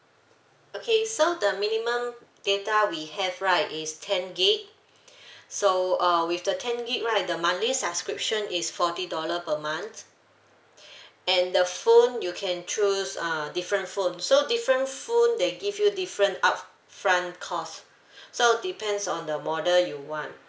okay so the minimum data we have right is ten gig so uh with the ten gig right the monthly subscription is forty dollar per month and the phone you can choose uh different phone so different phone they give you different upfront cost so depends on the model you want